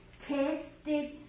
tested